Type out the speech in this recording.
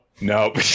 Nope